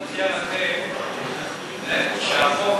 אני רק מציע לכם שהחוק הזה,